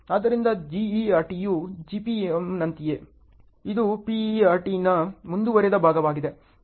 ಆದ್ದರಿಂದ GERTಯು GPMನಂತೆಯೇ ಇದು PERTನ ಮುಂದುವರೆದ ಭಾಗವಾಗಿದೆ